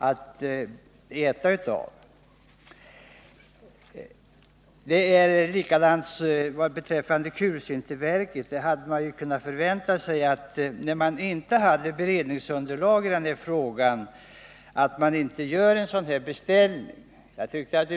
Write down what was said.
Det är likadant när det gäller kulsinterverket. När det inte fanns beredningsunderlag hade man kunnat förvänta sig att utskottet inte skulle uttala sig för en omoch tillbyggnad.